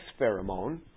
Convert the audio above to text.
pheromone